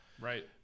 Right